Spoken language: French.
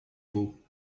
beau